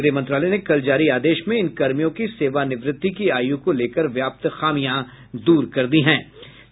गृहमंत्रालय ने कल जारी आदेश में इन कर्मियों की सेवानिवृत्ति की आयू को लेकर व्याप्त खामियां दूर कर दी गयी है